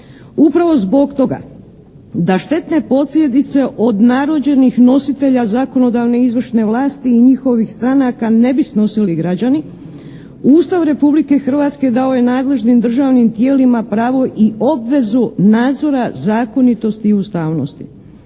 Upravo zbog toga da štetne posljedice od narođenih nositelja zakonodavne i izvršne vlasti i njihovih stranaka ne bi snosili građani, Ustav Republike Hrvatske dao je nadležnim državnim tijelima pravo i obvezu nadzora zakonitosti i ustavnosti.